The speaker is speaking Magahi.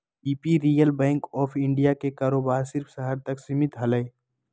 इंपिरियल बैंक ऑफ़ इंडिया के कारोबार सिर्फ़ शहर तक सीमित हलय